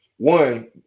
One